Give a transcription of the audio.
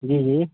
जी जी